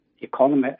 economy